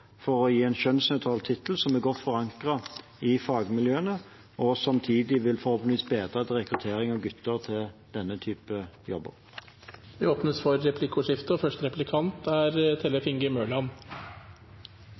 for å gi en kjønnsnøytral tittel som er godt forankret i fagmiljøene og samtidig forhåpentligvis vil bedre rekrutteringen av gutter til denne typen jobber. Det blir replikkordskifte. De endringene som regjeringen nå foreslår, der man åpner opp for